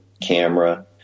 camera